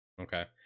Okay